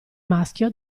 maschio